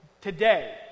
today